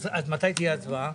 אז מתי תהיה ההצבעה?